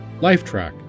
Lifetrack